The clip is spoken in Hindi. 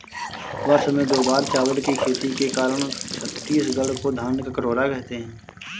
वर्ष में दो बार चावल की खेती के कारण छत्तीसगढ़ को धान का कटोरा कहते हैं